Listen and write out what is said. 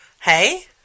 Hey